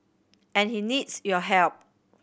and he needs your help